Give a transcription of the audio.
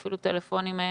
ואפילו טלפונים מהם,